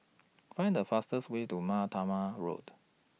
Find The fastest Way to Mar Thoma Road